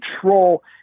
control